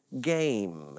game